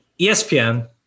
ESPN